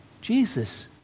Jesus